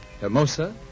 Hermosa